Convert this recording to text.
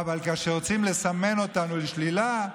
אבל כאשר רוצים לסמן אותנו לשלילה,